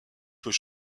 peut